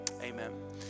Amen